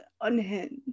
unhinged